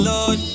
Lord